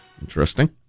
Interesting